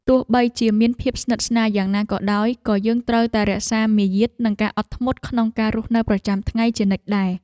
ទោះបីជាមានភាពស្និទ្ធស្នាលយ៉ាងណាក៏ដោយក៏យើងត្រូវតែរក្សាមារយាទនិងការអត់ធ្មត់ក្នុងការរស់នៅប្រចាំថ្ងៃជានិច្ចដែរ។